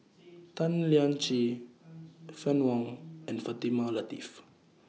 Tan Lian Chye Fann Wong and Fatimah Lateef